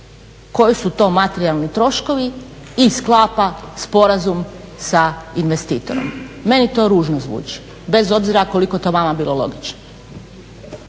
koji su to materijalni troškovi i sklapa sporazum sa investitorom. Meni to ružno zvuči bez obzira koliko to vama bilo logično.